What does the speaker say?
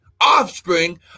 offspring